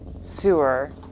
sewer